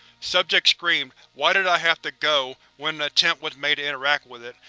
subject screamed why did i have to go! when an attempt was made to interact with it,